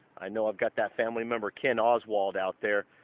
i know i've got that family member ken oswald out there.